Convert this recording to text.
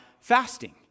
fasting